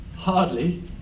Hardly